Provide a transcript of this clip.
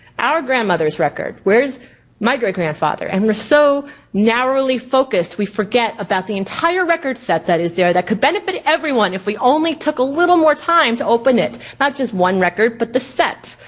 our grandmother's record, where is my great grandfather? and we are so narrowly focused we forget about the entire record set that is there that could benefit everyone if we only took a little more time to open it, not just one record, but the set.